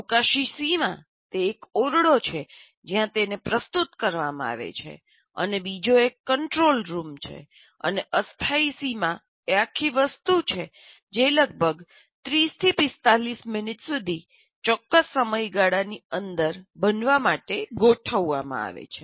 અવકાશી સીમા એ તે ઓરડો છે જ્યાં તેને પ્રસ્તુત કરવામાં આવે છે અને બીજો એક કંટ્રોલ રૂમ છે અને અસ્થાયી સીમા એ આખી વસ્તુ છે જે લગભગ 30 થી 45 મિનિટ સુધી ચોક્કસ સમયગાળાની અંદર બનવા માટે ગોઠવવામાં આવે છે